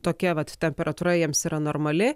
tokia vat temperatūra jiems yra normali